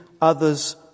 others